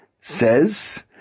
says